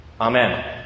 Amen